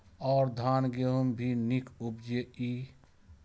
और धान गेहूँ भी निक उपजे ईय?